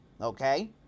okay